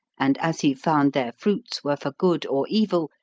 and as he found their fruits were for good or evil,